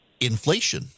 Inflation